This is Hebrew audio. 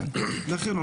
לכן,